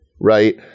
right